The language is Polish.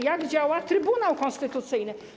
jak działa Trybunał Konstytucyjny.